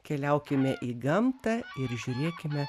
keliaukime į gamtą ir žiūrėkime